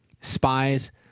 spies